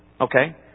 okay